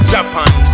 Japan